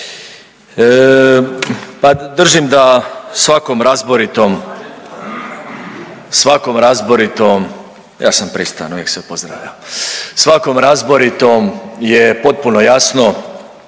.../Upadica se ne čuje./... svakom razboritom, ja sam pristojan, uvijek sve pozdravljam, svakom razboritom je potpuno jasno